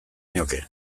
nioke